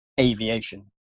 aviation